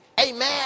amen